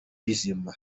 bizima